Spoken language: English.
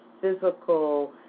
physical